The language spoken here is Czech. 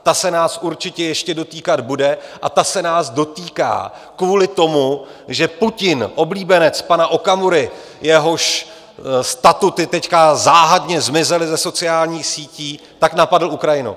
Ta se nás určitě ještě dotýkat bude a ta se nás dotýká kvůli tomu, že Putin, oblíbenec pana Okamury, jehož statuty teď záhadně zmizely ze sociálních sítí, napadl Ukrajinu.